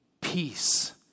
peace